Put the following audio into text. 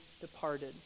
Departed